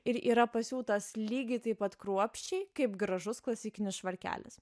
ir yra pasiūtas lygiai taip pat kruopščiai kaip gražus klasikinis švarkelis